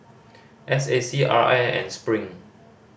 S A C R I and Spring